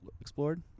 explored